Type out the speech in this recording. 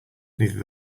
neither